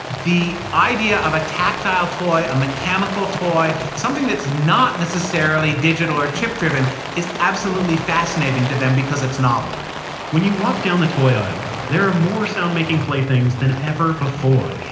the idea of a tactile toy, a mechanical toy, something that's not necessarily digital or chip driven is absolutely fascinating to them because it's novel when you walk down the toy aisle, there are more sound-making playthings than ever before,